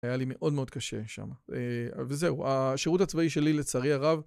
היה לי מאוד מאוד קשה שם. וזהו, השירות הצבאי שלי לצערי הרב...